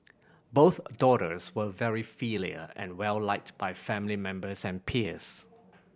both daughters were very filial and well liked by family members and peers